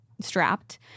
strapped